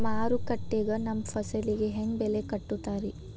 ಮಾರುಕಟ್ಟೆ ಗ ನಮ್ಮ ಫಸಲಿಗೆ ಹೆಂಗ್ ಬೆಲೆ ಕಟ್ಟುತ್ತಾರ ರಿ?